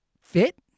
fit